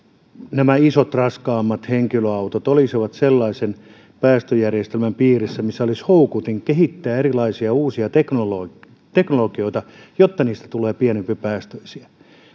nämä isot raskaammat henkilöautot olisivat sellaisen päästöjärjestelmän piirissä missä olisi houkutin kehittää erilaisia uusia teknologioita jotta niistä tulee pienempipäästöisiä